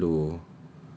become yellow